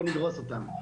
בואו נדרוס אותם.